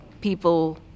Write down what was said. people